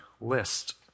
list